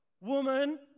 Woman